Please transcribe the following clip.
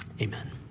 amen